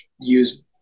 use